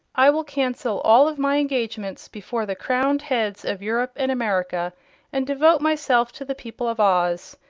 i will cancel all of my engagements before the crowned heads of europe and america and devote myself to the people of oz,